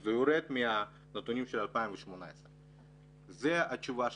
וזה יורד מהנתונים של 2018. זו התשובה השנייה.